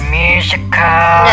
musical